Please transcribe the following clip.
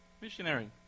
missionary